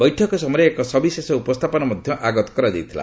ବୈଠକ ସମୟରେ ଏକ ସବିଶେଷ ଉପସ୍ଥାପନା ମଧ୍ୟ ଆଗତ କରାଯାଇଥିଲା